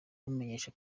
imumenyesha